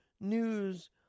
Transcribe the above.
news